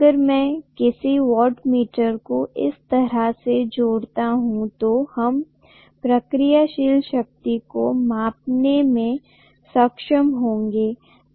अगर मैं किसी वॉटमीटर को इस तरह से जोड़ता हूं तो हम प्रतिक्रियाशील शक्ति को मापने में सक्षम होंगे